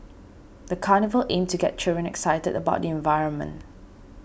the carnival aimed to get children excited about the environment